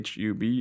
HUB